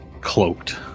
cloaked